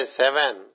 seven